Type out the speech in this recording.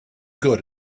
good